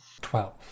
Twelve